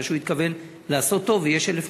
מכיוון שהוא התכוון לעשות טוב ויש 1,000